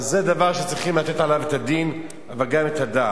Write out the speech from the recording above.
זה דבר שצריך לתת עליו את הדין, אבל גם את הדעת.